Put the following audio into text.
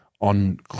on